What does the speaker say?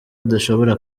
adashobora